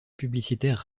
publicitaires